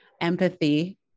empathy